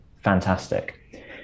Fantastic